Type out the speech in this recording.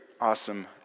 awesome